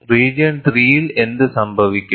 region 3 ൽ എന്ത് സംഭവിക്കും